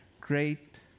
Great